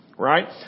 Right